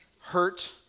hurt